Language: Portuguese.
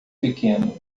pequeno